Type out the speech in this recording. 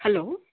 hello